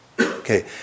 Okay